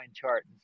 chart